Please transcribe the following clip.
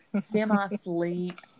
semi-sleep